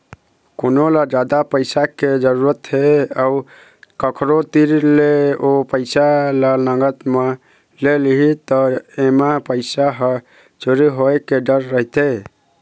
कोनो ल जादा पइसा के जरूरत हे अउ कखरो तीर ले ओ पइसा ल नगद म ले लिही त एमा पइसा ह चोरी होए के डर रहिथे